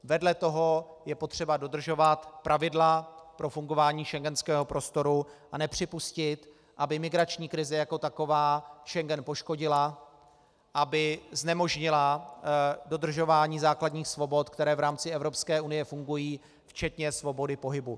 Vedle toho je potřeba dodržovat pravidla pro fungování schengenského prostoru a nepřipustit, aby migrační krize jako taková Schengen poškodila, aby znemožnila dodržování základních svobod, které v rámci Evropské unie fungují, včetně svobody pohybu.